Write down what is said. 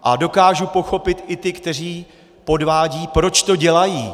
A dokážu pochopit i ty, kteří podvádějí, proč to dělají.